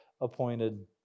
appointed